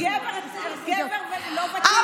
גבר לא ותיק יכול, אישה לא יכולה.